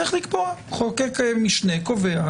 צריך לקבוע חוק משנה קובע.